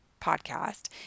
podcast